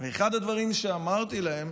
אחד הדברים שאמרתי להם